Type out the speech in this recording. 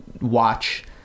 watch